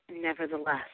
nevertheless